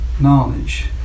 knowledge